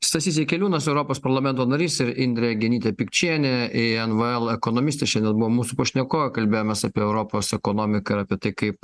stasys jakeliūnas europos parlamento narys ir indrė genytė pikčienė invl ekonomistė šiandien buvo mūsų pašnekovai kalbėjomės apie europos ekonomiką ir apie tai kaip